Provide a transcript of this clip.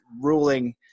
ruling